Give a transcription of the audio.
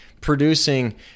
producing